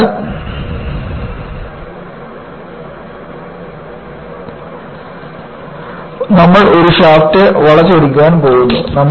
അതിനാൽ നമ്മൾ ഒരു ഷാഫ്റ്റ് വളച്ചൊടിക്കാൻ പോകുന്നു